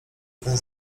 ten